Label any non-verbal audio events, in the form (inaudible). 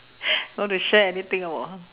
(breath) you want to share anything about (noise)